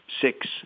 six